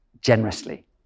generously